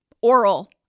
oral